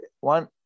one